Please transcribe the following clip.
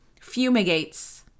fumigates